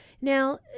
now